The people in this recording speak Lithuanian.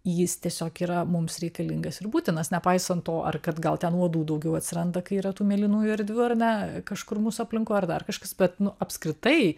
jis tiesiog yra mums reikalingas ir būtinas nepaisant to ar kad gal ten uodų daugiau atsiranda kai yra tų mėlynųjų erdvių ar ne kažkur mūsų aplinkoj ar dar kažkas bet nu apskritai